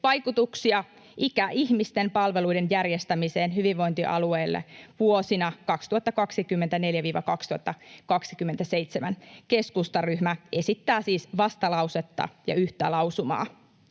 vaikutuksia ikäihmisten palveluiden järjestämiseen hyvinvointialueille vuosina 2024—2027.” Keskustaryhmä esittää siis vastalausetta ja yhtä lausumaa.